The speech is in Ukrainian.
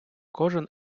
кожен